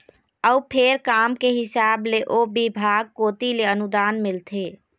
अउ फेर काम के हिसाब ले ओ बिभाग कोती ले अनुदान मिलथे